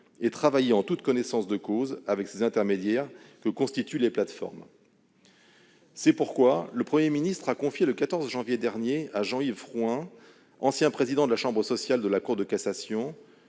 et travailler en toute connaissance de cause avec ces intermédiaires que constituent les plateformes. C'est pourquoi le Premier ministre a confié, le 14 janvier dernier, à Jean-Yves Frouin, ancien président de la chambre sociale de la Cour de cassation,